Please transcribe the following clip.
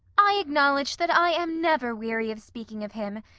i acknowledge that i am never weary of speaking of him,